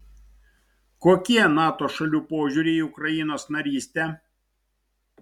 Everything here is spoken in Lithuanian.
kokie nato šalių požiūriai į ukrainos narystę